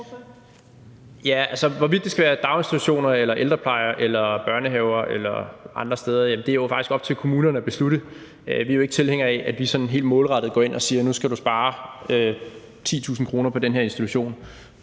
hvorvidt det skal være daginstitutioner eller ældrepleje eller børnehaver eller andre steder, er faktisk op til kommunerne at beslutte. Vi er jo ikke tilhængere af, at vi sådan helt målrettet går ind og siger: Nu skal du spare 10.000 kr. på den her institution